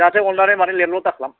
जाहाते अननानै लेतल' माने दाखालाम